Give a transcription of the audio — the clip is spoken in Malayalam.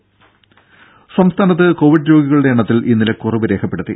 രും സംസ്ഥാനത്ത് കോവിഡ് രോഗികളുടെ എണ്ണത്തിൽ ഇന്നലെ കുറവ് രേഖപ്പെടുത്തി